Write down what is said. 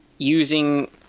Using